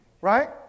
Right